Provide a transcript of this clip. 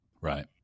Right